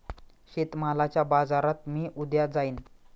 शेतमालाच्या बाजारात मी उद्या जाईन